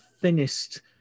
thinnest